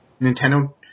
Nintendo